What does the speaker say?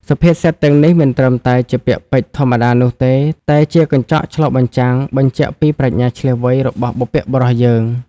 សុភាសិតទាំងនេះមិនត្រឹមតែជាពាក្យពេចន៍ធម្មតានោះទេ តែជាកញ្ចក់ឆ្លុះបញ្ចាំងពីប្រាជ្ញាឈ្លាសវៃរបស់បុព្វបុរសយើង។